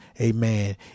Amen